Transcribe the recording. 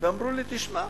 אמרו לי: תשמע,